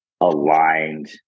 aligned